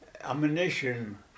ammunition